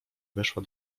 weszła